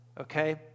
okay